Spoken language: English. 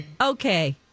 okay